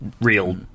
real